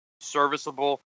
serviceable